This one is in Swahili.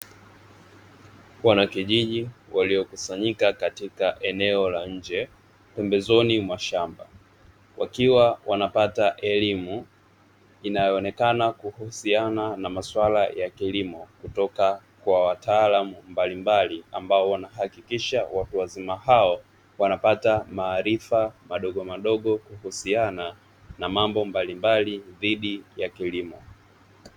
Wanakijiji walio kusanyika katika eneo la nje pembezoni mwa shamba, wakiwa wanapata elimu inayoonekana kuhusiana na maswala ya kilimo kutoka kwa wataalamu mbalimbali, ambao wanahakikisha watu wazima hao wanapata maarifa madogomadogo kuhusiana na mambo mbalimbali dhidi ya kilimo.